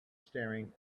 staring